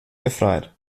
befreit